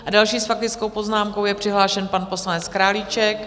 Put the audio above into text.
A další s faktickou poznámkou je přihlášen pan poslanec Králíček.